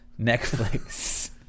Netflix